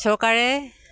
চৰকাৰে